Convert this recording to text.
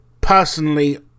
personally